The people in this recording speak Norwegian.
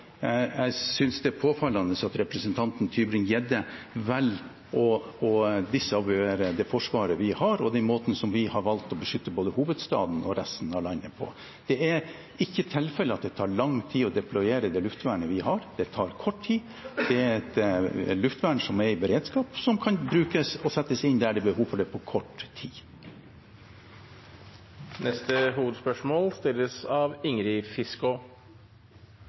jeg synes det er påfallende at representanten Tybring-Gjedde velger å desavuere det forsvaret vi har, og måtene vi har valgt å beskytte både hovedstaden og resten av landet på. Det er ikke tilfellet at det tar lang tid å deployere det luftvernet vi har. Det tar kort tid, det er et luftvern som er i beredskap, og som kan brukes og settes inn der det er bruk for det, på kort tid. Vi går videre til neste hovedspørsmål.